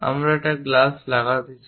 আমরা একটি গ্লাস লাগাতে চাই